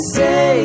say